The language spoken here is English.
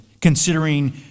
considering